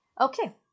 okay